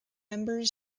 member